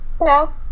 No